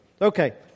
Okay